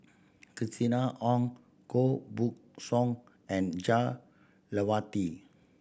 Christina Ong Koh Buck Song and Jah Lelawati